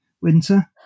winter